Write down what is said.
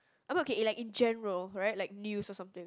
I mean okay it like in general right like news or something